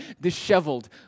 disheveled